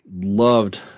loved